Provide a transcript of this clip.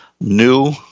new